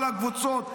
כל הקבוצות,